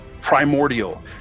primordial